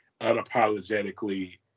unapologetically